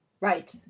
right